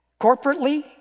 Corporately